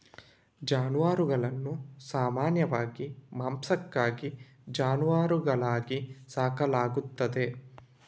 ಜಾನುವಾರುಗಳನ್ನು ಸಾಮಾನ್ಯವಾಗಿ ಮಾಂಸಕ್ಕಾಗಿ ಜಾನುವಾರುಗಳಾಗಿ ಸಾಕಲಾಗುತ್ತದೆ